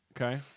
Okay